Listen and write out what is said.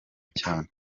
cyane